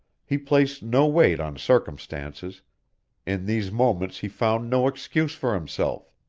he placed no weight on circumstances in these moments he found no excuse for himself.